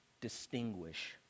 distinguish